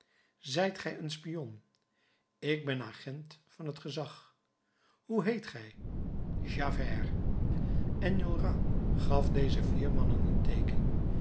zijt een spion ik ben agent van het gezag hoe heet gij javert enjolras gaf dezen vier mannen